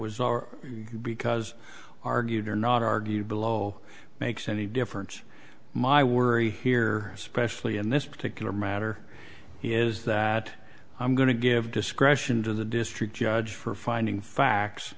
or because argued or not argued below makes any difference my worry here especially in this particular matter is that i'm going to give discretion to the district judge for finding facts